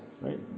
right